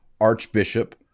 Archbishop